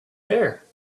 there